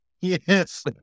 Yes